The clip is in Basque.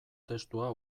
testua